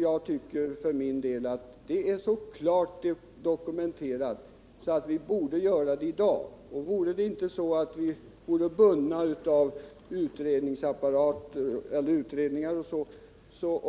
Jag tycker för min del att det är så klart dokumenterat att vi borde besluta i dag. Om vi inte vore bundna av utredningar och